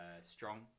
strong